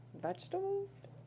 Vegetables